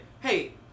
hey